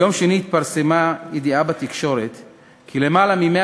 ביום שני התפרסמה ידיעה בתקשורת כי למעלה מ-100